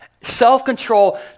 Self-control